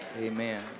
Amen